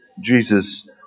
Jesus